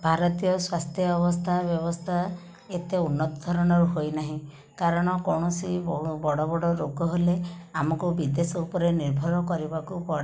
ଭାରତୀୟ ସ୍ୱାସ୍ଥ୍ୟ ଅବସ୍ଥା ବ୍ୟବସ୍ଥା ଏତେ ଉନ୍ନତ ଧରଣର ହୋଇନାହିଁ କାରଣ କୌଣସି ବଡ଼ ବଡ଼ ରୋଗ ହେଲେ ଆମକୁ ବିଦେଶ ଉପରେ ନିର୍ଭର କରିବାକୁ ପଡ଼େ